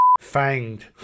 Fanged